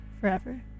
forever